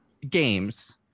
games